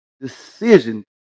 decision